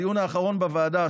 בדיון האחרון בוועדה,